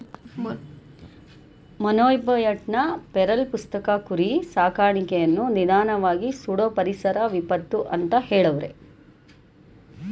ಮೊನ್ಬಯೋಟ್ನ feral ಪುಸ್ತಕ ಕುರಿ ಸಾಕಾಣಿಕೆಯನ್ನು ನಿಧಾನ್ವಾಗಿ ಸುಡೋ ಪರಿಸರ ವಿಪತ್ತು ಅಂತ ಹೆಳವ್ರೆ